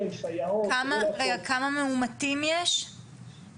בסיוע של מפא"ת ממשרד